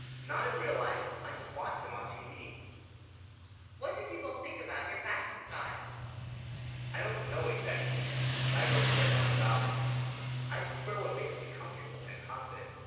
not in real life i just watch them on tv what do people think about your fashion, style i don't know exactly and i don't care much about it i just wear what makes me comfortable and confident